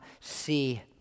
see